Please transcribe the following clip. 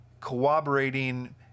cooperating